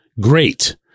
great